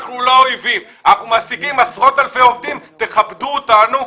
אנחנו מעסיקים עשרות אלפי עובדים, כבדו אותנו.